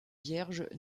vierge